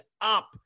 up